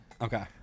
Okay